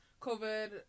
COVID